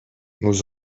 nous